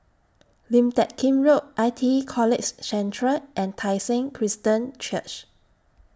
Lim Teck Kim Road I T E College Central and Tai Seng Christian Church